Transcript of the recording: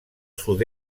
sud